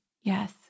yes